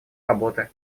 работы